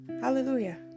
hallelujah